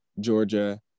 Georgia